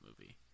movie